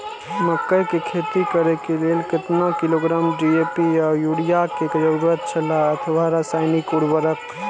मकैय के खेती करे के लेल केतना किलोग्राम डी.ए.पी या युरिया के जरूरत छला अथवा रसायनिक उर्वरक?